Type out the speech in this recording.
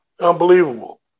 Unbelievable